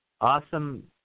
awesome